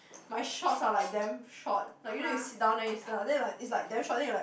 my shorts are like damn short like you know you sit down then you stand up then like it's like damn short then you like